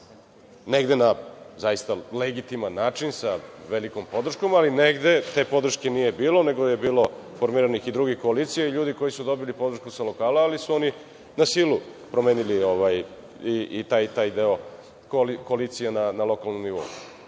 negde zaista na legitiman način sa velikom podrškom, ali negde te podrške nije bilo, nego je bilo formirano i drugih koalicija i ljudi koji su dobili podršku sa lokala, ali su oni na silu promenili i taj deo koalicije na lokalom